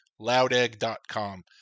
loudegg.com